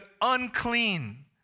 unclean